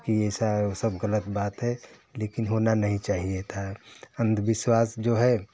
यह सब गलत बात है लेकिन होना नहीं चाहिए था अंधविश्वास जो है